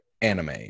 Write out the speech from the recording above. anime